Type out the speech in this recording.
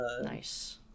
Nice